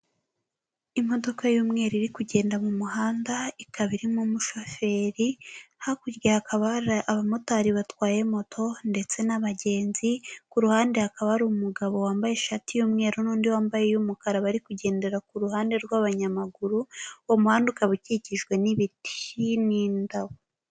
Imodoka y'umweru iri kugenda mu muhanda ikaba irimo umushoferi, hakurya hakaba hari abamotari batwaye moto ndetse n'abagenzi, ku ruhande hakaba hari umugabo wambaye ishati y'umweru n'undi wambaye umukara bari kugendera ku ruhande rw'abanyamaguru, uwo muhanda ukaba ukikijwe n'ibiti n'indabo.